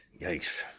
yikes